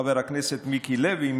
חבר הכנסת מיקי לוי,